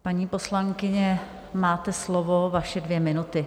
Paní poslankyně, máte slovo, vaše dvě minuty.